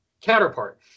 counterpart